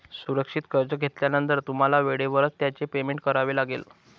सुरक्षित कर्ज घेतल्यानंतर तुम्हाला वेळेवरच त्याचे पेमेंट करावे लागेल